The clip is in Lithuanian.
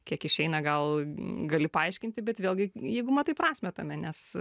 kiek išeina gal gali paaiškinti bet vėlgi jeigu matai prasmę tame nes